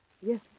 yes